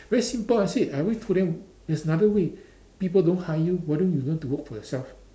very simple I said I always told them there's another way people don't hire you why don't you learn to work for yourself